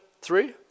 three